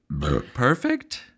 Perfect